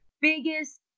biggest